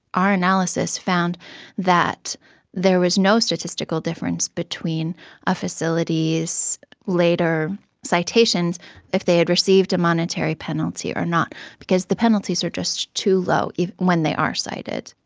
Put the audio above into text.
our analysis found that there was no statistical difference between a facility's later citations if they had received a monetary penalty or not because the penalties are just too low, even when they are cited.